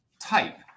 type